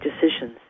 decisions